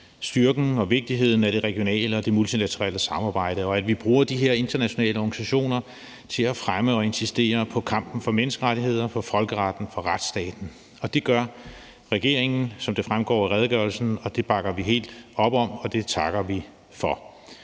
styrken og vigtigheden af det regionale og det multilaterale samarbejde, og at vi bruger de her internationale organisationer til at fremme og insistere på kampen for menneskerettigheder, for folkeretten og for retsstaten, og det gør regeringen, som det fremgår af redegørelsen, også, og det bakker vi helt op om, og det takker vi for.